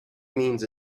means